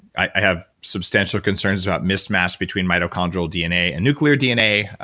i have substantial concerns about mismatch between mitochondrial dna and nuclear dna,